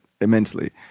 immensely